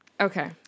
Okay